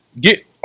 get